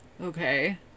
Okay